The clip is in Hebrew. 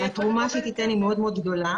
והתרומה שהיא תיתן היא מאוד מאוד גדולה.